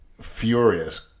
furious